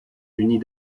unis